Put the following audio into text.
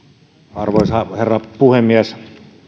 arvoisa herra puhemies